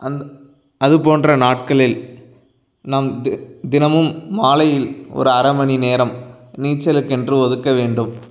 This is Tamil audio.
அந்த அதுபோன்ற நாட்களில் நம் தெ தினமும் மாலையில் ஒரு அரைமணி நேரம் நீச்சலுக்கென்று ஒதுக்க வேண்டும்